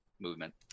movement